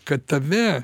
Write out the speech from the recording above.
kad tame